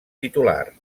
titular